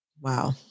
Wow